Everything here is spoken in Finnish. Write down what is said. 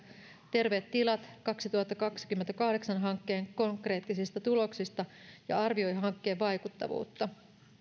terveet tilat kaksituhattakaksikymmentäkahdeksan hankkeen konkreettisista tuloksista ja arvioi hankkeen vaikuttavuutta